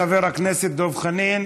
תודה לחבר הכנסת דב חנין.